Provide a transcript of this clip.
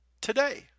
today